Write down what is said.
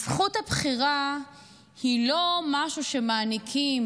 זכות הבחירה היא לא משהו שמעניקים